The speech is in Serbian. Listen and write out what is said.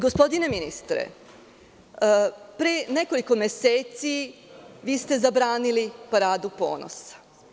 Gospodine ministre, pre nekoliko meseci vi ste zabranili Paradu ponosa.